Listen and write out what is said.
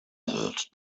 emerald